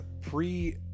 pre